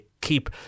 keep